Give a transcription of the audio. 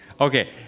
Okay